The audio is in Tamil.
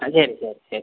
சரி சரி சரி